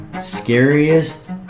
scariest